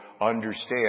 understand